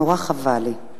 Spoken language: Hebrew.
נורא חבל לי.